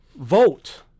vote